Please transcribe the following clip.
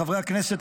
חברי הכנסת,